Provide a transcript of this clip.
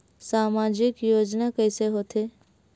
सामजिक योजना कइसे होथे?